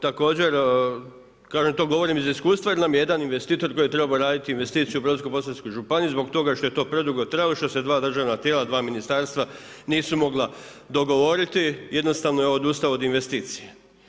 Također, kažem, to govorim iz iskustva jer nam je jedan investitor koji je trebao raditi investiciju u Brodsko-posavskoj situaciji zbog toga što je to predugo trajalo, što se dva državna tijela, dva ministarstva nisu mogla dogovoriti jednostavno je odustao od investicije.